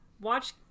Watch